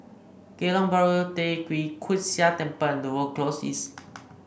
Geylang Bahru Tee Kwee Hood Sia Temple and were Close East